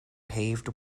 paved